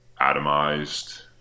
atomized